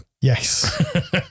Yes